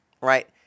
right